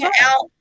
out